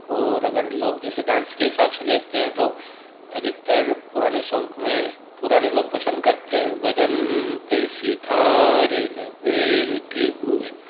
और अगर लोग जैसे डांस के हिसाब से लेते हैं तो अधिकतर पुराने सॉन्ग में पुराने लोग पसंद करते हैं बदन पे सितारे लपेटे हुए